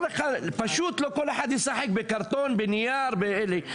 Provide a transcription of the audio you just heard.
בבקשה, הקראה.